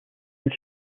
and